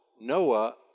Noah